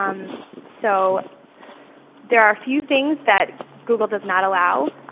um so there are a few things that google does not allow,